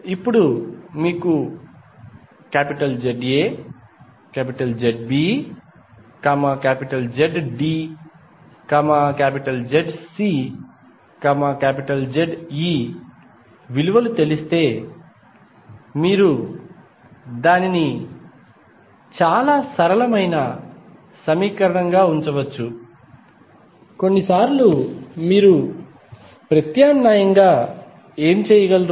ఇప్పుడు మీకు ZAZBZDZCZE విలువలు తెలిస్తే మీరు దానిని చాలా సరళమైన సమీకరణం గా ఉంచవచ్చు కొన్నిసార్లు మీరు ప్రత్యామ్నాయంగా ఏమి చేయగలరు